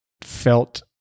felt